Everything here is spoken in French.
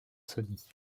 sony